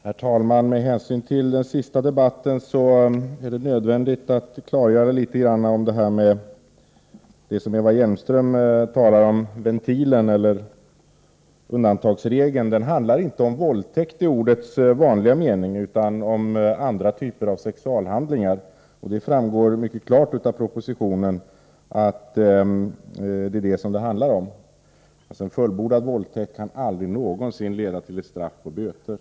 Herr talman! Med hänsyn till den senaste debatten är det nödvändigt att klargöra litet grand av det som Eva Hjelmström talar om. Ventilen, eller undantagsregeln, handlar inte om våldtäkt i ordets vanliga mening utan om andra typer av sexualhandlingar, och det framgår mycket klart av propositionen. En fullbordad våldtäkt kan aldrig någonsin leda till ett straff på böter.